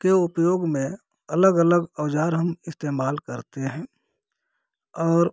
के उपयोग में अलग अलग औजार हम इस्तेमाल करते हैं और